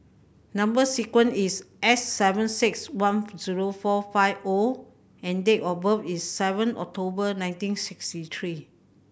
number sequence is S seven six one zero four five O and date of birth is seven October nineteen sixty three